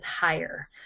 higher